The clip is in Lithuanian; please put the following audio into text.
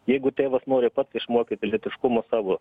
jeigu tėvas nori pats išmokyti lytiškumo savo